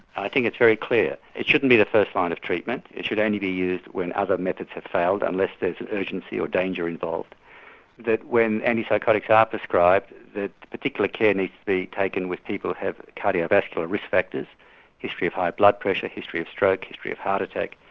i think it's very clear, it shouldn't be the first line of treatment, it should only be used when other methods have failed, unless there's urgency or danger involved that when antipsychotics are prescribed that particular care needs to be taken with people who have cardiovascular risk factors history of high blood pressure, history of stroke, history of heart attack,